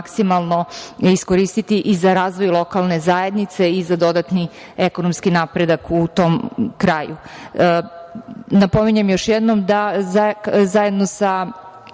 maksimalno iskoristiti i za razvoj lokalne zajednice i za dodatni ekonomski napredak u tom kraju. Napominjem još jednom da zajedno sa